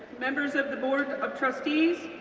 members of the board of trustees,